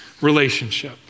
relationship